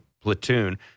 platoon –